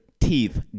teeth